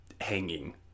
hanging